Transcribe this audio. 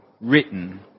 written